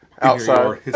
outside